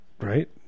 right